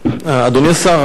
אדוני השר,